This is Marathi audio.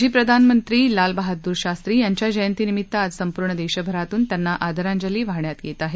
माजी प्रधानमंत्री लाल बहादूर शास्त्री यांच्या जयंतीनिमित्त आज संपूर्ण देशातून त्यांना आदरांजली वाहण्यात येत आहे